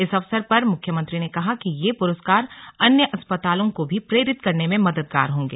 इस अवसर पर मुख्यमंत्री ने कहा कि यह पुरस्कार अन्य अस्पतालों को भी प्रेरित करने में मददगार होंगे